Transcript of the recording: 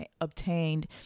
obtained